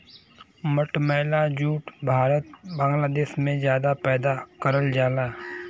मटमैला जूट भारत बांग्लादेश में जादा पैदा करल जाला